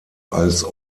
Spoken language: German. als